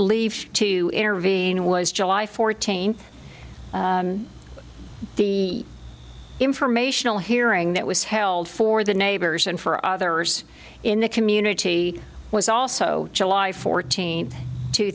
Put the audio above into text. leave to intervene was july fourteenth the informational hearing that was held for the neighbors and for others in the community was also july fourteenth two